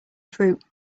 fruit